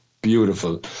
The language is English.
Beautiful